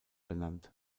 benannt